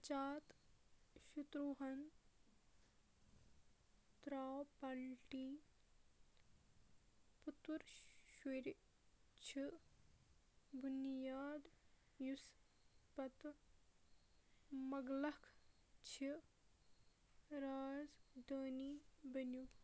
اجات شترٛوٗہن ترٛٲو پلٹی پُتُر شُرۍ چھِ بُنیاد یُس پتہٕ مَگلکھ چھِ رازدٲنی بنِیو